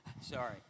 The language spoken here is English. sorry